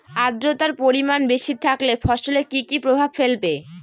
আদ্রর্তার পরিমান বেশি থাকলে ফসলে কি কি প্রভাব ফেলবে?